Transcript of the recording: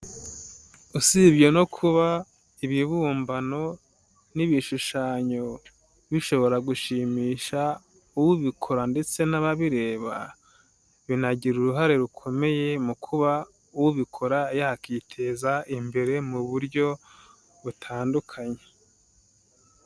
Usibye no kuba ibibumbano n'ibishushanyo bishobora gushimisha ubikora ndetse n'ababireba binagira uruhare rukomeye mu kuba ubikora yakiteza imbere mu buryo butandukanye.